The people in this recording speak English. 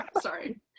sorry